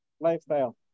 lifestyle